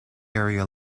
area